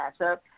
matchup